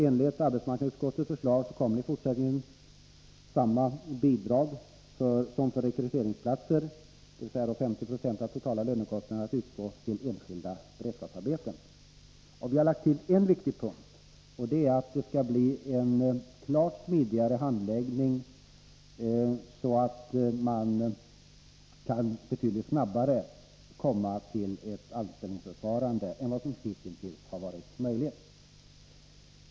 Enligt arbetsmarknadsutskottets förslag kommer i fortsättningen samma bidrag som för rekryteringsplatser — dvs. 50 90 av den totala lönekostnaden — att utgå till enskilda beredskapsarbeten. Vi har lagt till en viktigt punkt, nämligen att det skall bli en klart smidigare handläggning, så att man betydligt snabbare kan komma till ett anställningsförfarande än vad som hittills varit möjligt.